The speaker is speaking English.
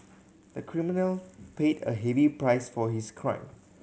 the criminal paid a heavy price for his crime